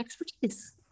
expertise